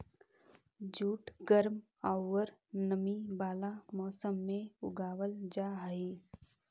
jute गर्म औउर नमी वाला मौसम में उगावल जा हई